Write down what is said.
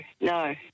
no